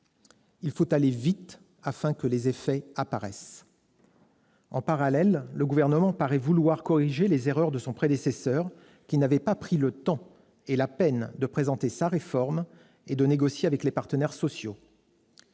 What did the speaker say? Il faut aller vite afin que les effets apparaissent. En parallèle, le Gouvernement paraît vouloir corriger les erreurs de son prédécesseur, lequel n'avait pris le temps ni la peine de présenter sa réforme et de négocier avec les partenaires sociaux.